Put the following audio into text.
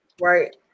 right